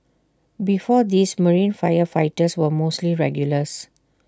before this marine firefighters were mostly regulars